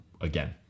again